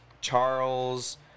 Charles